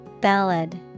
Ballad